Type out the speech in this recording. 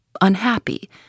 unhappy